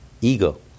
Ego